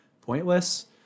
pointless